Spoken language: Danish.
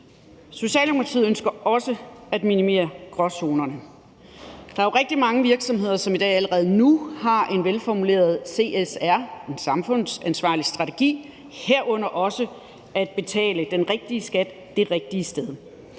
Socialdemokratiet ønsker også at minimere antallet af gråzoner. Der er jo rigtig mange virksomheder, som allerede i dag har en velformuleret CSR, en samfundsansvarlig strategi, herunder også betaler den rigtige skat det rigtige sted.